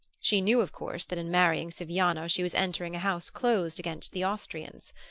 she knew, of course, that in marrying siviano she was entering a house closed against the austrian.